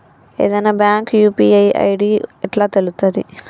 ఏదైనా bank UPI ID ఎట్లా తెలుత్తది?